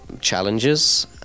Challenges